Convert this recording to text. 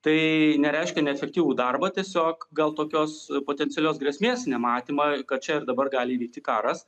tai nereiškia neefektyvų darbą tiesiog gal tokios potencialios grėsmės nematymą kad čia ir dabar gali įvykti karas